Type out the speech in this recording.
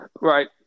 Right